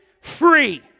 free